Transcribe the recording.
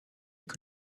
que